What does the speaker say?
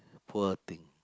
poor thing